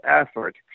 effort